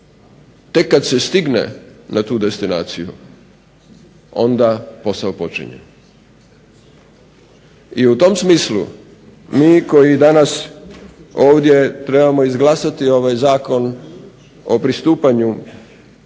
tek kad se stigne na tu destinaciju onda posao počinje. I u tom smislu mi koji danas ovdje trebamo izglasati ovaj Zakon o pristupanju